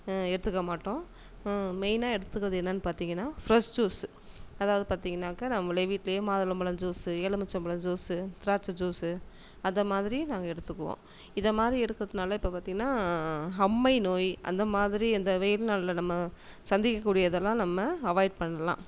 எடுத்துக்க மாட்டோம் மெயினாக எடுத்துக்கறது என்னான்னு பார்த்தீங்கன்னா ஃப்ரஷ் ஜூஸ்ஸு அதாவது பார்த்தீங்கன்னாக்கா நம்மளே வீட்லயே மாதுளம் பழம் ஜூஸ்ஸு எலுமிச்சம் பழம் ஜூஸ்ஸு திராட்சை ஜூஸ்ஸு அந்த மாதிரி நாங்கள் எடுத்துக்குவோம் இதை மாதிரி எடுக்கறதுனால இப்போ பார்த்தீங்கன்னா அம்மை நோய் அந்த மாதிரி அந்த வெயில் நாளில் நம்ம சந்திக்கக் கூடியதெல்லாம் நம்ம அவாய்ட் பண்ணலாம்